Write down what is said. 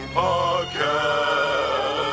podcast